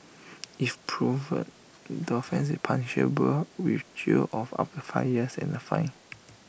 if proven the offence is punishable with jail of up to five years and A fine